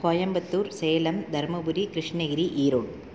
Coimbatore Salem Dharmapuri Krishnagiri Erode